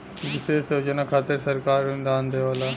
विशेष योजना खातिर सरकार अनुदान देवला